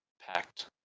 packed